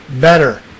better